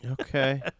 Okay